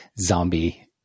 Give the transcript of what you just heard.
zombie